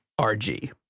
RG